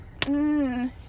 Mmm